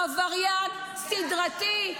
עבריין סדרתי,